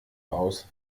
aus